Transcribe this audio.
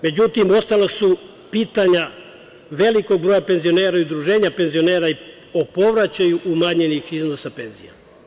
Međutim, ostala su pitanja velikog broja penzionera i Udruženja penzionera o povraćaju umanjenih iznosa penzija.